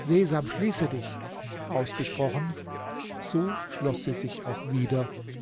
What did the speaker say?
sesam schließe dich ausgesprochen so schloß sie sich auch wieder